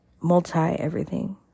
multi-everything